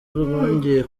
rwongeye